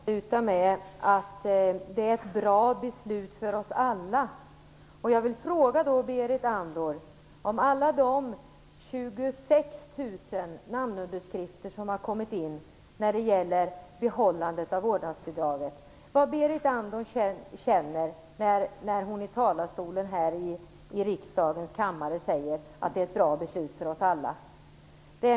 Fru talman! Berit Andnor avslutar med att det är ett bra beslut för oss alla. Jag vill då fråga Berit Andnor om alla de 26 000 namnunderskrifter som har kommit in om att behålla vårdnadsbidraget. Vad känner Berit Andnor då när hon i talarstolen säger att det är ett bra beslut för oss alla?